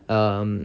um